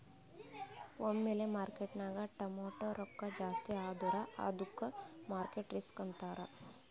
ಒಮ್ಮಿಲೆ ಮಾರ್ಕೆಟ್ನಾಗ್ ಟಮಾಟ್ಯ ರೊಕ್ಕಾ ಜಾಸ್ತಿ ಆದುರ ಅದ್ದುಕ ಮಾರ್ಕೆಟ್ ರಿಸ್ಕ್ ಅಂತಾರ್